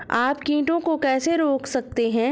आप कीटों को कैसे रोक सकते हैं?